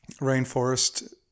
rainforest